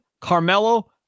Carmelo